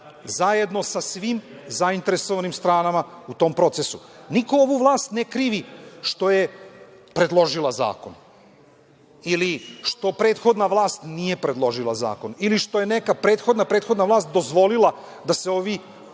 zajedno sa svim zainteresovanim stranama u tom procesu. Niko ovu vlast ne krivi što je predložila zakon, ili što prethodna vlast nije predložila zakon, ili što je neka prethodna, prethodna vlast dozvolila da se ovi